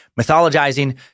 mythologizing